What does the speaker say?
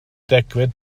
degfed